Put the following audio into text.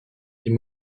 les